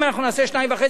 אם אנחנו נעשה 2.5%,